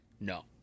No